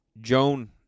Joan